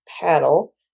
paddle